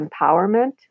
empowerment